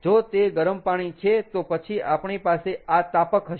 જો તે ગરમ પાણી છે તો પછી આપણી પાસે આ તાપક હશે